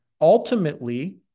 Ultimately